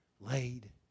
laid